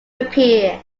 appear